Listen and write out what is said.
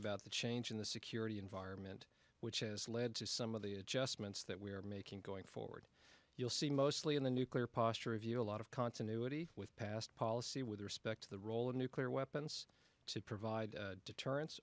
about the change in the security environment which has led to some of the adjustments that we are making going forward you'll see mostly in the nuclear posture review a lot of continuity with past policy with respect to the role of nuclear weapons to provide deterren